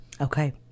Okay